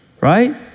Right